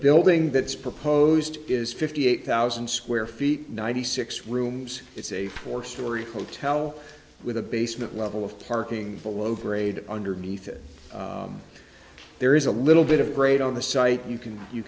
building that's proposed is fifty eight thousand square feet ninety six rooms it's a four story hotel with a basement level of parking below grade underneath it there is a little bit of grade on the site you can you